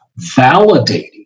validating